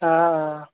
آ آ